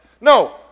No